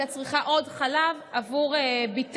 והיא הייתה צריכה עוד חלב עבור בתה.